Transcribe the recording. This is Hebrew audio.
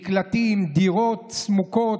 מקלטים, דירות צמוקות,